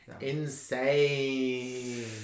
insane